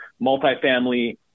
multifamily